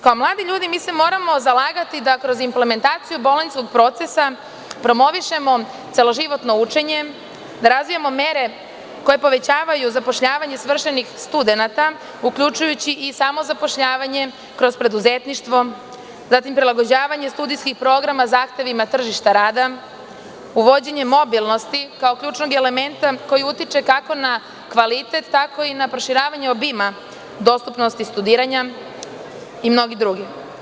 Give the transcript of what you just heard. Kao mladi ljudi mi se moramo zalagati da kroz implementaciju bolonjskog procesa promovišemo celoživotno učenje, da razvijamo mere koje povećavaju zapošljavanje svršenih studenata, uključujući i samozapošljavanje kroz preduzetništvo, zatim prilagođavanje studijskih programa zahtevima tržišta rada, uvođenjem mobilnosti kao ključnog elementa koji utiče kako na kvalitet, tako i na proširivanje obima dostupnosti studiranja i mnogi drugi.